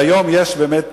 היום יש באמת